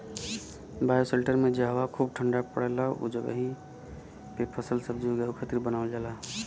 bioshelter में जहवा खूब ठण्डा पड़ेला उ जगही पे फलसब्जी उगावे खातिर बनावल जाला